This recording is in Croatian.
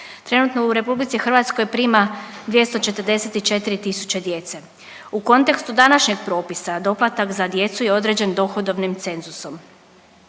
Trenutno u RH prima 244 tisuće djece. U kontekstu današnjeg propisa doplatak za djecu je određen dohodovnim cenzusom.